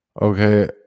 Okay